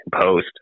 post